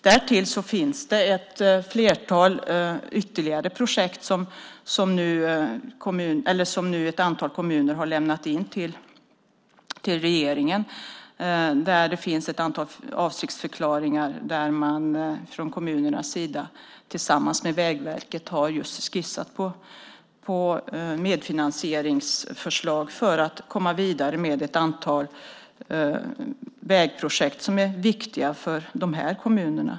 Därtill finns det ett flertal ytterligare projekt som nu ett antal kommuner har lämnat in till regeringen. Där finns det ett antal avsiktsförklaringar där man från kommunernas sida tillsammans med Vägverket har skissat just på medfinansieringsförslag för att komma vidare med ett antal vägprojekt som är viktiga för dessa kommuner.